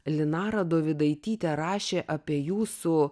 linara dovydaitytė rašė apie jūsų